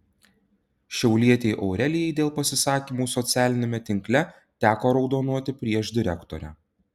šiaulietei aurelijai dėl pasisakymų socialiniame tinkle teko raudonuoti prieš direktorę